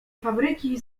fabryki